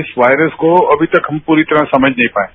इस वायरसको अभी तक हम पूरी तरह समझ नही पाये हैं